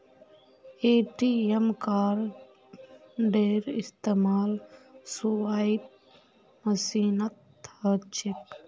ATM कार्डेर इस्तमाल swipe मशीनत ह छेक